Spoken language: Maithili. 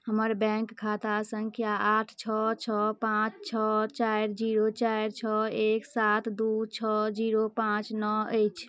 हमर बैंक खाता सङ्ख्या आठ छओ छओ पाँच छओ चारि जीरो चारि छओ एक सात दू छओ जीरो पाँच नओ अछि